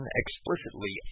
explicitly